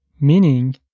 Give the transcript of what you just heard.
meaning